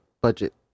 budget